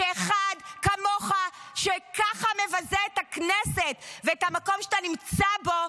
שאחד כמוך ככה מבזה את הכנסת ואת המקום שאתה נמצא בו.